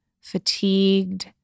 fatigued